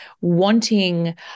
wanting